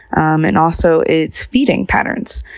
um and also its feeding patterns.